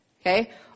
okay